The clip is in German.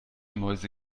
mäuse